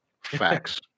facts